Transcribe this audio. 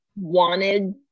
wanted